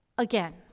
again